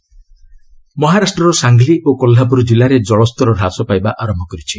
ମହା ଫ୍ଲୁଡ ମହାରାଷ୍ଟ୍ରର ସାଙ୍ଗ୍ଲି ଓ କୋହ୍ଲାପୁର ଜିଲ୍ଲାରେ କଳସ୍ତର ହ୍ରାସ ପାଇବା ଆରମ୍ଭ କରିଛି